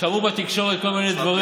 כשאמרו בתקשורת כל מיני דברים